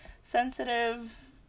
sensitive